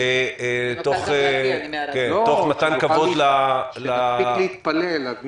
תוך מתן כבוד לצרכים --- שנספיק להתפלל.